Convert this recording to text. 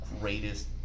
greatest